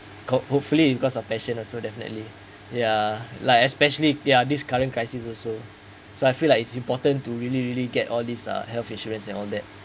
hope hopefully you because of passion also definitely ya like especially ya this current crisis also so I feel like it's important to really really get all these uh health insurance and all that